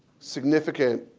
significant